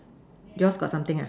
yours got something ah